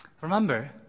Remember